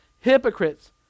Hypocrites